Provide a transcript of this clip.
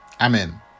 Amen